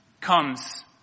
comes